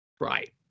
Right